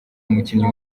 umukinnyi